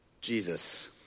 Jesus